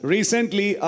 Recently